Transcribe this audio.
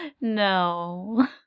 no